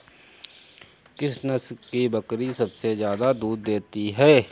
किस नस्ल की बकरी सबसे ज्यादा दूध देती है?